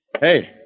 Hey